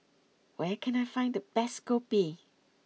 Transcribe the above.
where can I find the best Kopi